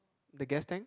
the gas tank